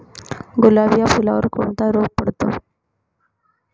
गुलाब या फुलावर कोणता रोग पडतो?